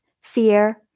fear